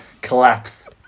collapse